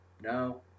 No